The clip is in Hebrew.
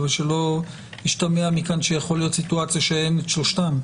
אבל שלא ישתמע מכאן שיכולה להיות סיטואציה בה אין את שלושתם.